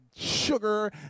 sugar